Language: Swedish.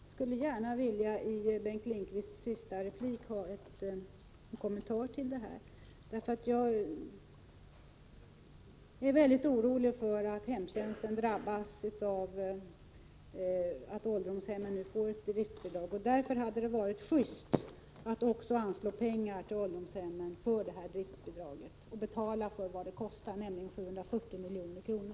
Jag skulle gärna se att Bengt Lindqvist i sin sista replik gav en kommentar till detta. Jag är nämligen mycket orolig för att hemtjänsten kommer att drabbas. Det hade varit just att också anslå pengar till ålderdomshemmen i form av ett driftsbidrag, att alltså betala vad det kostar, nämligen 740 milj.kr.